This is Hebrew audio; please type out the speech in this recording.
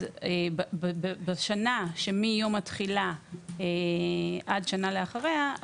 אז בשנה שמיום התחילה עד שנה לאחריה,